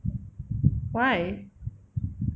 why